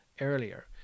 earlier